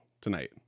tonight